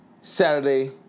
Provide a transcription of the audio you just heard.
Saturday